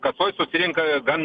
kasoj susirenka gan